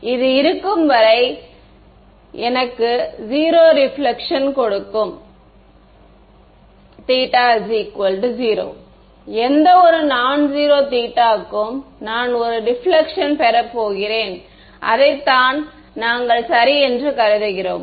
இது இருக்கும் வரை இது எனக்கு 0 ரிபிலக்ஷன் கொடுக்கும் θ 0 எந்தவொரு நான் ஸிரோ θ க்கும் நான் ஒரு ரிபிலக்ஷன் பெறப் போகிறேன் அதைத்தான் நாங்கள் சரி என்று கருதுகிறோம்